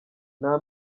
nta